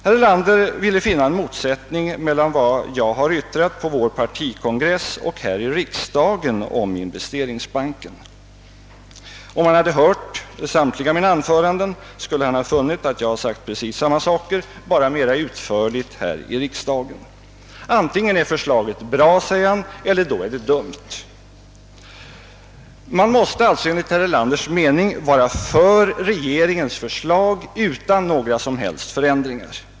Herr Erlander ville finna en motsättning mellan vad jag yttrat på partikongressen och här i riksdagen om investeringsbanken. Om han hade hört samtliga mina anföranden, skulle han ha funnit att jag sagt samma saker, endast mera utförligt här i riksdagen. Antingen är förslaget bra, säger han, eller är det dumt. Man måste alltså enligt herr Erlanders mening vara för regeringens förslag utan några som helst förändringar.